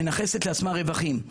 מנכסת לעצמה רווחים.